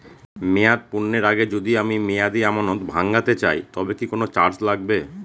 মেয়াদ পূর্ণের আগে যদি আমি মেয়াদি আমানত ভাঙাতে চাই তবে কি কোন চার্জ লাগবে?